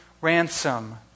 ransom